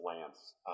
lance